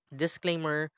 disclaimer